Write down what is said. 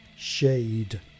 shade